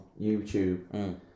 YouTube